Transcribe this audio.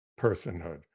personhood